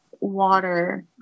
water